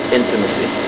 intimacy